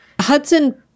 Hudson